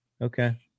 Okay